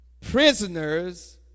Prisoners